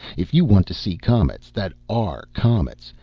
if you want to see comets that are comets,